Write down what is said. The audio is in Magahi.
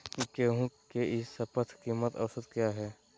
गेंहू के ई शपथ कीमत औसत क्या है?